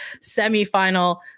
semifinal